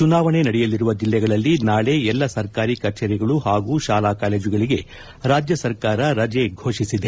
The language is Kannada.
ಚುನಾವಣೆ ನಡೆಯಲಿರುವ ಜಿಲ್ಲೆಗಳಲ್ಲಿ ನಾಳೆ ಎಲ್ಲಾ ಸರ್ಕಾರಿ ಕಚೇರಿಗಳು ಹಾಗೂ ಶಾಲಾ ಕಾಲೇಜುಗಳಿಗೆ ರಾಜ್ಯ ಸರ್ಕಾರ ರಜೆ ಘೋಷಿಸಿದೆ